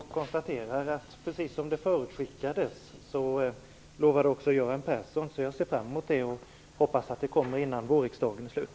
Fru talman! Jag får tacka för svaret. Jag konstaterar att också Göran Persson gav ett löfte precis som förutskickades, så jag ser fram emot detta och hoppas att resultatet skall presenteras före vårriksdagens slut.